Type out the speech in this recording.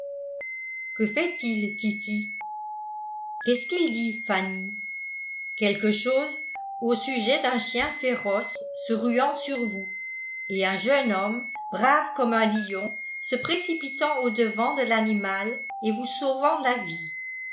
fait il kitty qu'est-ce qu'il dit fanny quelque chose au sujet d'un chien féroce se ruant sur vous et un jeune homme brave comme un lion se précipitant au-devant de l'animal et vous sauvant la vie